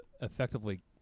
effectively